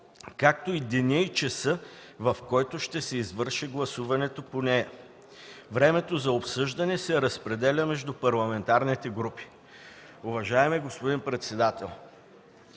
както деня и часа, в който ще се извърши гласуването по нея. Времето за обсъждане се разпределя между парламентарните групи. Уважаеми господин председател,